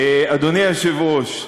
אדוני היושב-ראש,